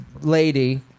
lady